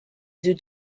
due